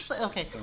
okay